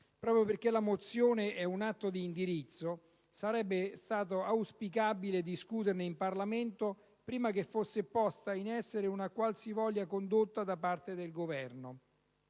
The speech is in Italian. Proprio perché la mozione è un atto di indirizzo, sarebbe stato auspicabile discuterne in Parlamento prima che fosse posta in essere una qualsivoglia condotta da parte del Governo.